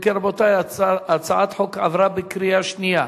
אם כן, רבותי, הצעת החוק עברה בקריאה שנייה.